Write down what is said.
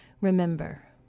Remember